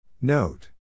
Note